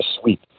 sweep